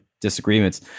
disagreements